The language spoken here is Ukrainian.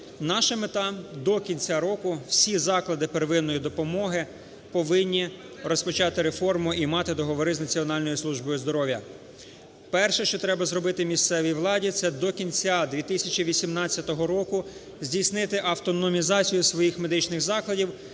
Наша мета – до кінця року всі заклади первинної допомоги повинні розпочати реформу і мати договори з Національною службою здоров'я. Перше, що треба зробити місцевій владі, це до кінця 2018 року здійснити автономізацію своїх медичних закладів